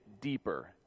deeper